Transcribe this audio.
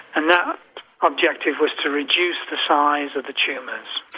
and that objective was to reduce the size of the tumours.